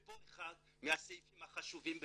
ופה אחד מהסעיפים החשובים ביותר,